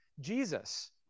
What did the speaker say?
Jesus